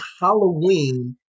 Halloween